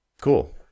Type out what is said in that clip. cool